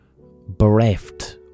bereft